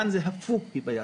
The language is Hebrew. כאן זה הפוך, היבה יזבק.